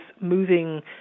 moving